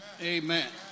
Amen